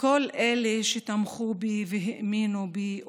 לכל אלה שתמכו בי והאמינו בי ובדרכי,